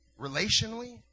relationally